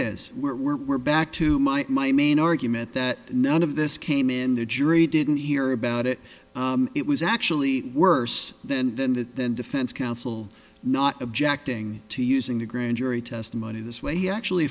is we're back to my my main argument that none of this came in the jury didn't hear about it it was actually worse then than that then defense counsel not objecting to using the grand jury testimony this way he actually